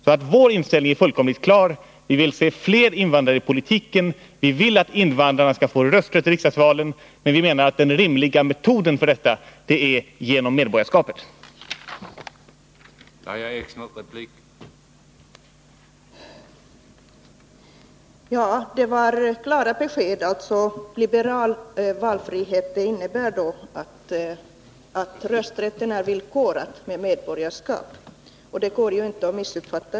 Vår inställning är alltså fullkomligt klar: Vi vill se fler invandrare i politiken. Vi vill att invandrarna skall få rösträtt i riksdagsvalen. Men vi menar att den Nr 27 rimliga metoden för detta är medborgarskapet.